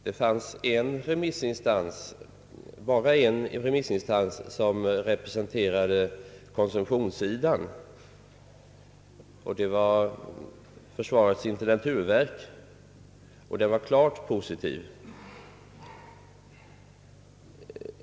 Det fanns för Ööv rigt här bara en remissinstans som representerar konsumtionssidan, nämligen försvarets intendenturverk, och den var klart positiv.